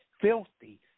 filthy